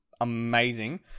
amazing